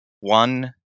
one